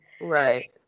Right